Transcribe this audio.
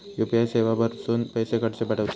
UPI वरसून पैसे कसे पाठवचे?